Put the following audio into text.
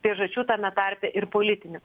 priežasčių tame tarpe ir politinių